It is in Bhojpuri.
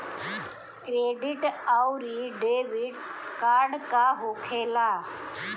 क्रेडिट आउरी डेबिट कार्ड का होखेला?